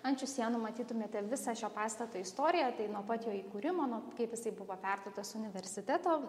ant šių sienų matytumėte visą šio pastato istoriją tai nuo pat jo įkūrimo nuo kaip jisai buvo perduotas universiteto